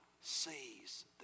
sees